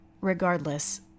Regardless